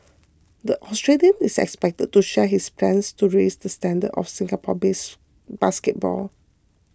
the Australian is expected to share his plans to raise the standards of Singapore base basketball